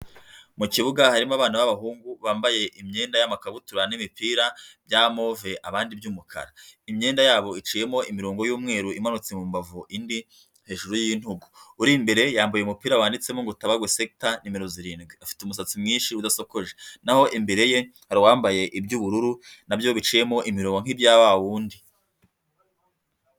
Mu kibuga harimo abana b'abahungu bambaye imyenda y'amakabutura n'imipira bya move abandi by'umukara, imyenda yabo iciyemo imirongo y'umweru imanutse mu mbavu indi hejuru y'intugu, uri imbere yambaye umupira wanditsemo ngo Tabagwe sekita nimero zirindwi, afite umusatsi mwinshi udasokoje naho imbere ye hari uwambaye iby'ubururu nabyo biciyemo imirongo nk'ibya wa wundi.